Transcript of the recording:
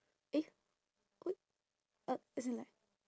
eh uh as in like